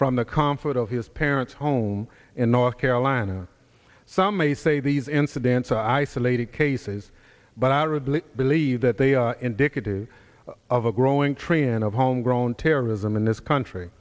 from the comfort of his parents home in north carolina some may say these incidents are isolated cases but out of the believe that they are indicative of a growing trend of homegrown terrorism in this country